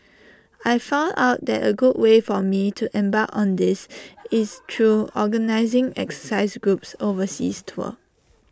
I found out that A good way for me to embark on this is through organising exercise groups overseas tours